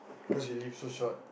cause you live so short